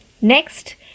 Next